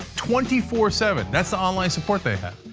twenty four seven that's the online support they have.